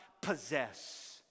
possess